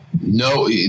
No